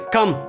Come